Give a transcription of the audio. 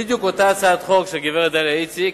בדיוק אותה הצעת חוק של הגברת דליה איציק,